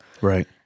right